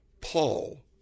Paul